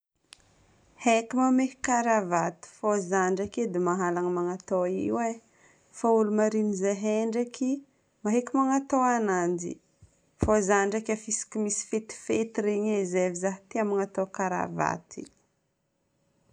Haiko mamehy karavato. Fa zaho ndraiky dia mahalana manatao io e, fa olo marigny zahay ndraiky maetiky magnatao ananjy. Fô zaho ndraiky efa isaky ny misy fetifety iregny e izay avy zaho tia magnatao karavaty.